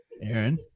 Aaron